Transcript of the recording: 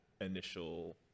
initial